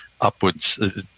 upwards